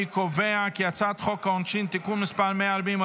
אני קובע כי הצעת חוק העונשין (תיקון מס' 140,